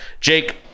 Jake